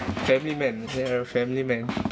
family man they're family man